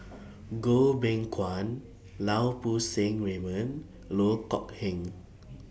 Goh Beng Kwan Lau Poo Seng Raymond Loh Kok Heng